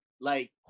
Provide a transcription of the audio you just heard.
like-